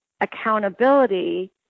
accountability